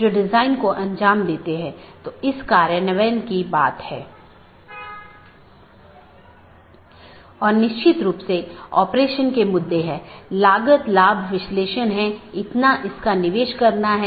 packet IBGP साथियों के बीच फॉरवर्ड होने के लिए एक IBGP जानकार मार्गों का उपयोग करता है